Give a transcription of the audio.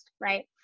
right